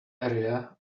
area